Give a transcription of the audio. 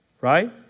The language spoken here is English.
right